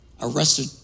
arrested